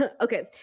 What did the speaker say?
Okay